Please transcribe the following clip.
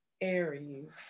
Aries